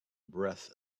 breath